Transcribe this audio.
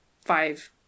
five